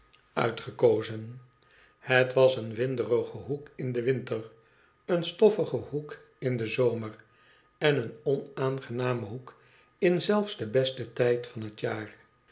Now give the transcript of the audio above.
gekozen het was een winderige hoek in den winter een stoffige hoek in den zomer en een onaangename hoek in zelfs den besten tijd van het jaar